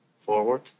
forward